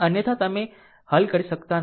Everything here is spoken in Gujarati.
અન્યથા તમે હલ કરી શકતા નથી